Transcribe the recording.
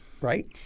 right